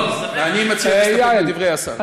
אני הייתי מציע להסתפק בדברי השר.